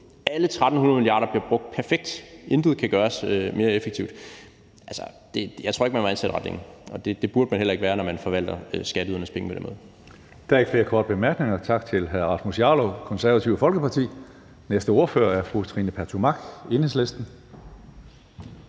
Alle 1.300 mia. kr. bliver brugt perfekt, og intet kan gøres mere effektivt. Jeg tror ikke, man så var ansat ret længe, og det burde man heller ikke være, når man forvalter skatteydernes penge på den måde. Kl. 15:04 Tredje næstformand (Karsten Hønge): Der er ikke flere korte bemærkninger. Tak til hr. Rasmus Jarlov, Det Konservative Folkeparti. Næste ordfører er fru Trine Pertou Mach, Enhedslisten.